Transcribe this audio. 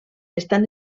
estan